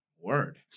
Word